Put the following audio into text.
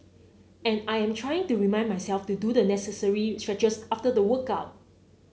and I am trying to remind myself to do the necessary stretches after the workout